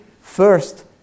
First